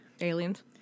Aliens